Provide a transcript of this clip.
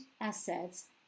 assets